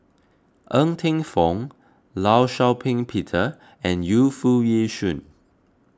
Ng Teng Fong Law Shau Ping Peter and Yu Foo Yee Shoon